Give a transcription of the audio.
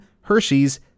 Hershey's